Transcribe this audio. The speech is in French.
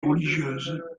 religieuses